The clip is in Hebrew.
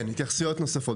כן, התייחסויות נוספות?